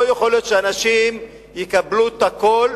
לא יכול להיות שאנשים יקבלו הכול,